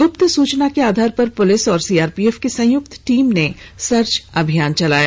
गुप्त सूचना के आधार पर पुलिस और सीआरपीएफ की संयुक्त टीम ने सर्च अभियान चलाया